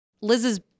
Liz's